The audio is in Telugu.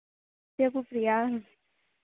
చెప్పు ప్రియ